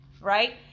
right